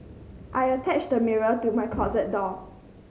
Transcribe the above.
I attached a mirror to my closet door